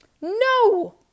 no